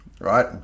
right